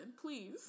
Please